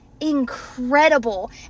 incredible